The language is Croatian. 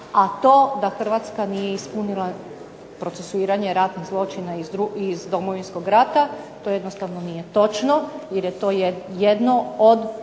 A to da Hrvatska nije ispunila procesuiranje ratnih zločina iz Domovinskog rata to jednostavno nije točno jer je to jedno od